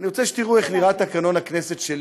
אני רוצה שתראו איך נראה תקנון הכנסת שלי.